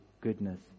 goodness